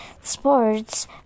sports